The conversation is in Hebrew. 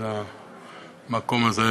מהמקום הזה.